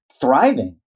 thriving